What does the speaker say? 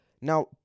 Now